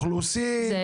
האוכלוסין,